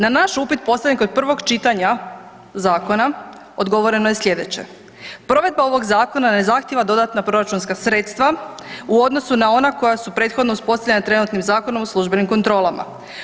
Na naš upit postavljen kod prvog čitanja zakona odgovoreno je slijedeće: Provedba ovog zakona ne zahtjeva dodatna proračunska sredstva u odnosu na ona koja su prethodno uspostavljena trenutnim Zakonom o službenim kontrolama.